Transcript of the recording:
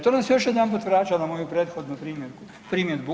To nas još jedanput vraća na moju prethodnu primjedbu.